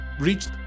reached